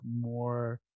more